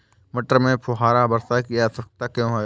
मटर में फुहारा वर्षा की आवश्यकता क्यो है?